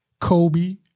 Kobe